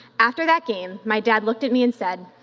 after that game, my dad looked at me and said,